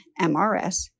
MRS